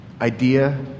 idea